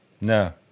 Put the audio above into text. No